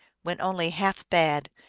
when only half bad,